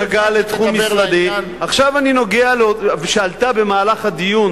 שנגעה לתחום משרדי ושעלתה במהלך הדיון